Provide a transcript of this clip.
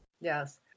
Yes